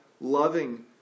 loving